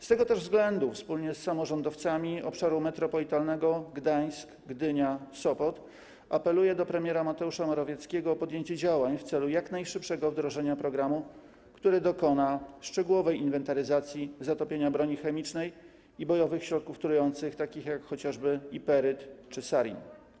Z tego też względu wspólnie z samorządowcami Obszaru Metropolitalnego Gdańsk-Gdynia-Sopot apeluję do premiera Mateusza Morawieckiego o podjęcie działań w celu jak najszybszego wdrożenia programu, który dokona szczegółowej inwentaryzacji zatopienia broni chemicznej i bojowych środków trujących, chociażby takich jak iperyt czy sarin.